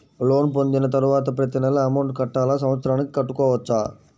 Loan పొందిన తరువాత ప్రతి నెల అమౌంట్ కట్టాలా? సంవత్సరానికి కట్టుకోవచ్చా?